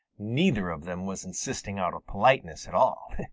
neither of them was insisting out of politeness at all.